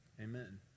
Amen